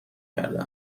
کرده